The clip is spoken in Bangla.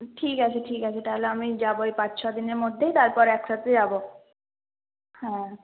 ঠিক আছে ঠিক আছে তাহলে আমি যাবো এই পাঁচ ছ দিনের মধ্যেই তারপরে এক সাথে যাবো হ্যাঁ